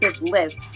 list